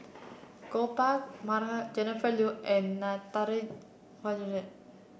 Gopal Baratham Jennifer Yeo and Natarajan